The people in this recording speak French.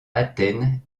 athènes